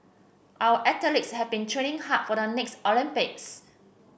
our athletes have been training hard for the next Olympics